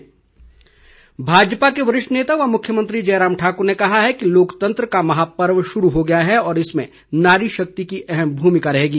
मुख्यमंत्री भाजपा के वरिष्ठ नेता व मुख्यमंत्री जयराम ठाकुर ने कहा है कि लोकतंत्र का महापर्व शुरू हो गया है और इसमें नारी शक्ति की अहम भूमिका रहेगी